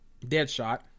Deadshot